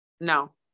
No